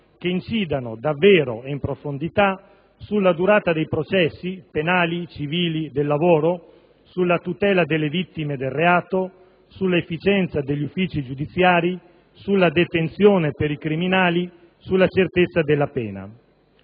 che incidano davvero e in profondità sulla durata dei processi (penali, civili, del lavoro) sulla tutela delle vittime del reato, sull'efficienza degli uffici giudiziari, sulla detenzione per i criminali, sulla certezza della pena.